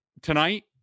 tonight